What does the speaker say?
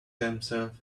themselves